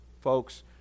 Folks